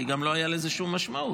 כי גם לא הייתה לזה שום משמעות.